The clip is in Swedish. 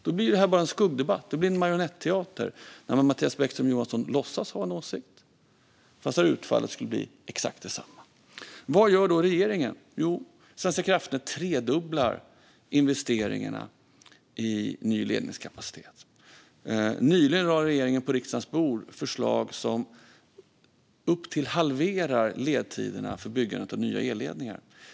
Då blir det här bara en skuggdebatt, en marionetteater, där Mattias Bäckström Johansson låtsas ha en åsikt men där utfallet blir exakt detsamma. Vad gör då regeringen? Jo, Svenska kraftnät tredubblar investeringarna i ny ledningskapacitet, och regeringen lade nyligen på riksdagens bord ett förslag som närmare halverar ledtiderna för byggandet av nya elledningar.